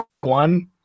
one